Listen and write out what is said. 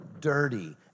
dirty